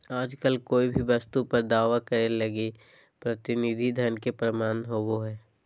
आजकल कोय भी वस्तु पर दावा करे लगी प्रतिनिधि धन के प्रमाण जरूरी होवो हय